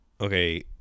Okay